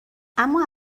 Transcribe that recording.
اما